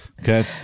Okay